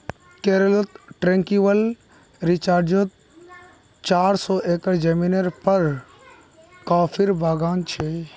केरलत ट्रैंक्विल रिज़ॉर्टत चार सौ एकड़ ज़मीनेर पर कॉफीर बागान छ